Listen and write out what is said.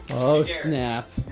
oh snap.